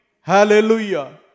Hallelujah